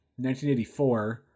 1984